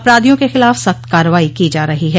अपराधियों के खिलाफ सख्त कार्रवाई की जा रही है